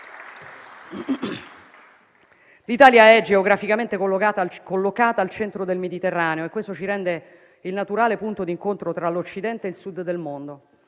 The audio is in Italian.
L'Italia è geograficamente collocata al centro del Mediterraneo e questo ci rende il naturale punto di incontro tra l'Occidente e il Sud del mondo.